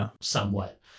somewhat